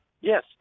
Yes